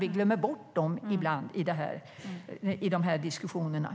Vi glömmer bort dem ibland i de här diskussionerna.